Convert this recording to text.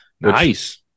nice